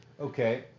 Okay